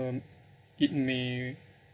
um it may